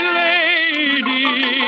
lady